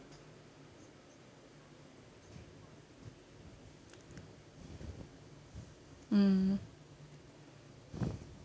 mm